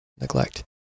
neglect